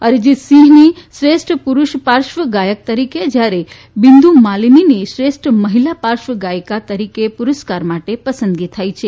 અરીજીતસિંહની શ્રેષ્ઠ પુરૂષ પાર્શ્વ ગાયક તરીકે જ્યારે બિંધુ માલીનીની શ્રેષ્ઠ મહિલા પાર્શ્વ ગાયીકા તરીકે પુસ્કાર માટે પસંદગી થઈ છે